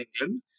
England